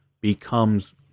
becomes